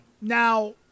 Now